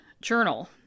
Journal